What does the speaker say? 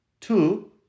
two